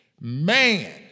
man